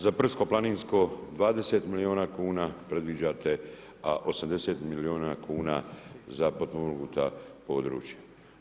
Za brdsko-planinsko 20 milijuna kuna predviđate, a 80 milijuna kuna za potpomognuta područja.